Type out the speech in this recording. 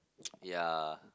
yeah